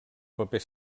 paper